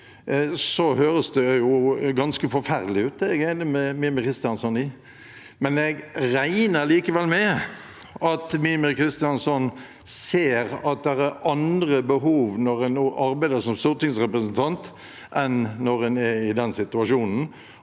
oss høres det ganske forferdelig ut. Det er jeg enig med Mímir Kristjánsson i. Jeg regner likevel med at Mímir Kristjánsson ser at det er andre behov når en nå arbeider som stortingsrepresentant, enn når en er i den situasjonen,